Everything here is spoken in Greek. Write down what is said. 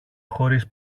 χωρίς